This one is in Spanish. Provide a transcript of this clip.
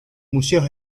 museos